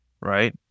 Right